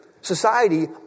society